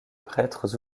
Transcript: prêtres